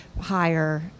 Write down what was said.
higher